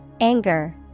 Anger